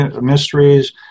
Mysteries